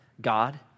God